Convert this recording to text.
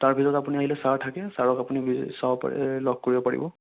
তাৰ ভিতৰত আপুনি আহিলে ছাৰ থাকে ছাৰক আপুনি চাব পাৰে লগ কৰিব পাৰিব